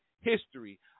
history